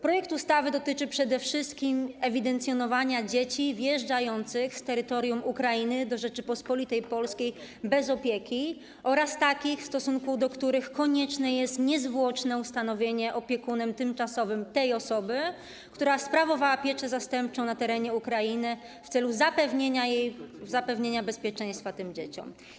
Projekt ustawy dotyczy przede wszystkim ewidencjonowania dzieci wjeżdżających z terytorium Ukrainy do Rzeczypospolitej Polskiej bez opieki oraz takich, w stosunku do których konieczne jest niezwłoczne ustanowienie opiekunem tymczasowym tej osoby, która sprawowała pieczę zastępczą na terenie Ukrainy, w celu zapewnienia bezpieczeństwa tym dzieciom.